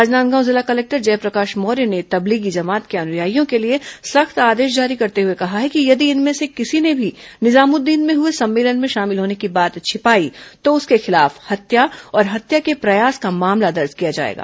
राजनांदगांव जिला कलेक्टर जयप्रकाश मौर्य ने तबलीगी जमात के अनुयायियों के लिए सख्त आदेश जारी करते हुए कहा है कि यदि इनमें से किसी ने भी निजामुद्दीन में हुए सम्मेलन में शामिल होने की बात छिपाई तो उसके खिलाफ हत्या और हत्या के प्रयास का मामला दर्ज किया जाएगा